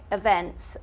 events